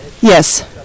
yes